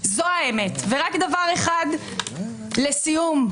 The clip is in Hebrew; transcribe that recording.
דבר אחד לסיום,